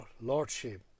Lordship